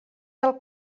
del